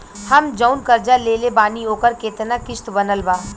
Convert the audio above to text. हम जऊन कर्जा लेले बानी ओकर केतना किश्त बनल बा?